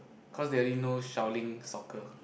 cause they only know Shaolin soccer